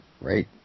right